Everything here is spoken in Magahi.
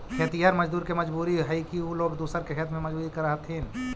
खेतिहर मजदूर के मजबूरी हई कि उ लोग दूसर के खेत में मजदूरी करऽ हथिन